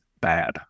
bad